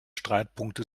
streitpunkte